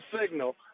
signal